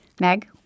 Meg